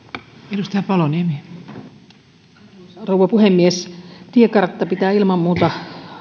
arvoisa rouva puhemies tiekartta pitää ilman muuta